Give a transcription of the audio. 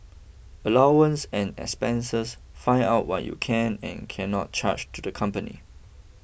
allowance and expenses find out what you can and cannot charge to the company